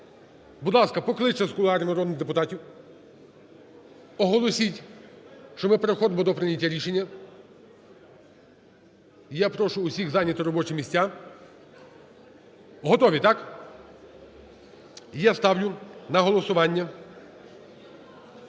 Будь ласка, покличте з кулуарів народних депутатів, оголосіть, що ми переходимо до прийняття рішення. Я прошу всіх зайняти робочі місця. Готові, так? Я ставлю на голосування